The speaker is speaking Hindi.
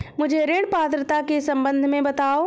मुझे ऋण पात्रता के सम्बन्ध में बताओ?